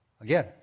Again